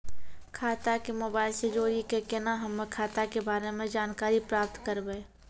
खाता के मोबाइल से जोड़ी के केना हम्मय खाता के बारे मे जानकारी प्राप्त करबे?